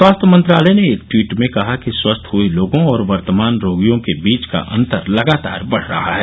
स्वास्थ्य मंत्रालय ने एक ट्वीट में कहा कि स्वस्थ हए लोगों और वर्तमान रोगियों के बीच का अंतर लगातार बढ़ रहा है